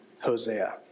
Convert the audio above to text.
Hosea